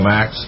Max